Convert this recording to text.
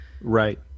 right